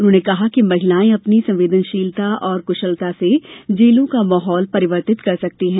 उन्होंने कहा कि महिलाएं अपनी संवेदनशीलता और कुशलता से जेलों का माहौल परिर्वतित कर सकती हैं